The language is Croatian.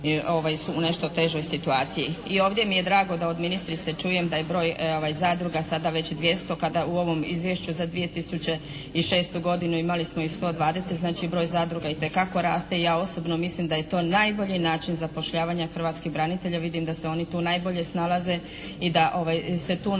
u nešto težoj situaciji. I ovdje mi je drago da od ministrice čujem da je broj zadruga sada već 200 kada u ovom izvješću za 2006. godinu imali smo ih 120, znači broj zadruga itekako raste i ja osobno mislim da je to najbolji način zapošljavanja hrvatskih branitelja. Vidim da se oni tu najbolje snalaze i da se tu na neki način